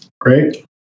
Great